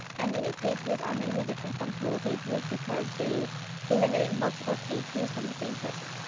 and unique page views are mainly different from total page views because they eliminate multiple page views from the same person.